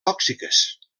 tòxiques